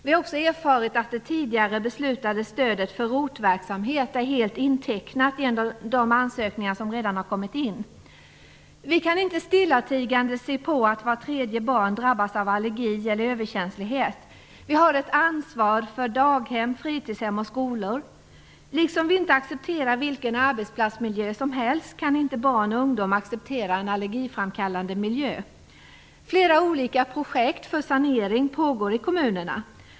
Vi har också erfarit att det tidigare beslutade stödet för ROT-verksamhet är helt intecknat genom de ansökningar som redan har kommit in. Vi kan inte stillatigande se på när vart tredje barn drabbas av allergi eller överkänslighet. Vi har ett ansvar för daghem, fritidshem och skolor. Liksom vi inte accepterar vilken arbetsmiljö som helst kan inte barn och ungdomar acceptera en allergiframkallande miljö. Flera olika projekt för sanering pågår i kommunerna.